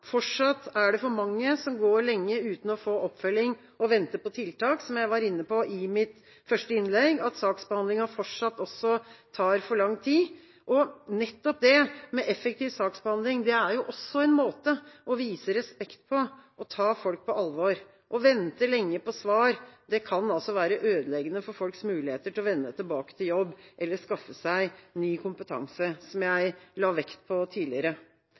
fortsatt er det for mange som går lenge uten å få oppfølging og vente på tiltak – som jeg var inne på i mitt første innlegg, at saksbehandlinga fortsatt også tar for lang tid. Nettopp det med effektiv saksbehandling er også en måte å vise respekt på og ta folk på alvor. Å vente lenge på svar kan være ødeleggende for folks muligheter til å vende tilbake til jobb eller skaffe seg ny kompetanse, som jeg la vekt på tidligere.